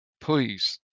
Please